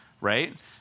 right